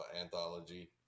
anthology